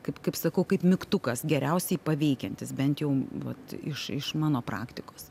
kaip kaip sakau kaip mygtukas geriausiai paveikiantis bent jau vat iš iš mano praktikos